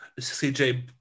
CJ